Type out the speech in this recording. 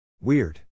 Weird